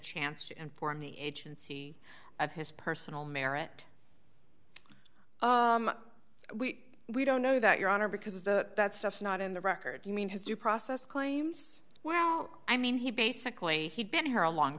chance to inform the agency of his personal merit we don't know that your honor because the that stuff's not in the record you mean his due process claims well i mean he basically he'd been here a long